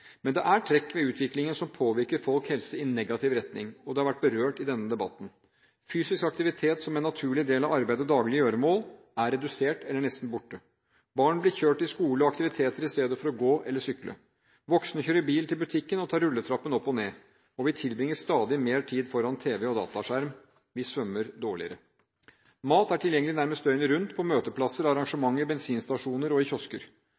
Men det er trekk ved utviklingen som påvirker folks helse i negativ retning, og det har vært berørt i denne debatten: Fysisk aktivitet som en naturlig del av arbeid og daglige gjøremål, er redusert eller nesten borte. Barn blir kjørt til skole og aktiviteter i stedet for å gå eller sykle. Voksne kjører bil til butikken og tar rulletrappen opp og ned, vi tilbringer stadig mer tid foran tv- og dataskjermen, og vi svømmer dårligere. Mat er tilgjengelig nærmest døgnet rundt på møteplasser, arrangementer, bensinstasjoner og i kiosker.